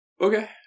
Okay